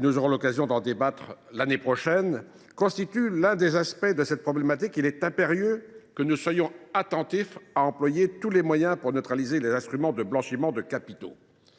nous aurons l’occasion de débattre l’année prochaine, constitue l’un des aspects de cette problématique. Il est impératif que nous employions tous les moyens pour neutraliser les instruments de blanchiment de capitaux.